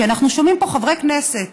כי אנחנו שומעים פה חברי כנסת,